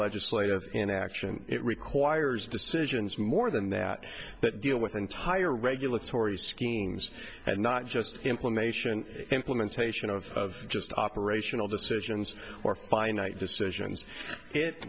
legislative in action it requires decisions more than that that deal with entire regulatory skiing's and not just implementation implementation of just operational decisions or finite decisions it